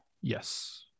Yes